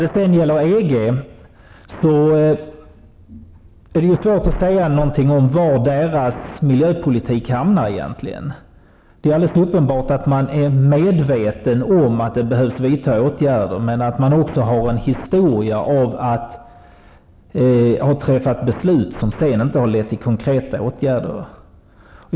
Det är vidare svårt att säga var EG:s miljöpolitik egentligen hamnar. Det är alldeles uppenbart att man är medveten om att åtgärder behöver vidtas, men historiskt sett vet vi att man också har träffat beslut som inte lett till konkreta åtgärder.